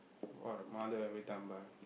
what a mother every time buy